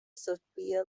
sophia